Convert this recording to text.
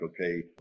okay